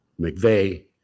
McVeigh